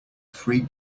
free